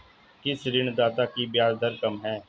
किस ऋणदाता की ब्याज दर कम है?